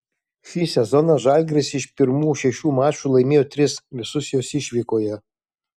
šį sezoną žalgiris iš pirmų šešių mačų laimėjo tris visus juos išvykoje